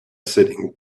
sitting